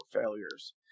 failures